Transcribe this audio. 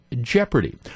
Jeopardy